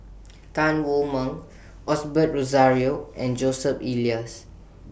Tan Wu Meng Osbert Rozario and Joseph Elias